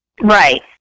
Right